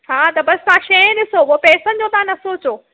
हा त बसि तव्हां शइ ॾिसो उहो पैसनि जो तव्हां न सोचो